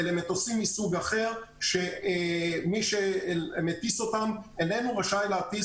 אלה מטוסים מסוג אחר שמי שמטיס אותם איננו רשאי להטיס